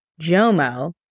JOMO